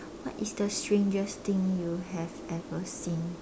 what is the strangest thing you have ever seen